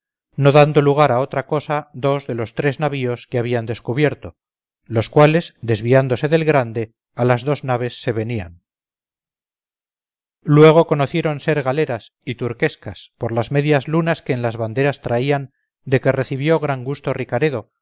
no dando lugar a otra cosa dos de los tres navíos que habían descubierto los cuales desviándose del grande a las dos naves se venían luego conocieron ser galeras y turquescas por las medias lunas que en las banderas traían de que recibió gran gusto ricaredo